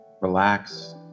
relax